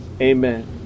Amen